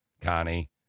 Connie